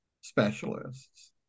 specialists